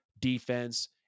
defense